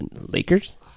Lakers